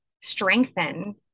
strengthen